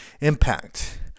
impact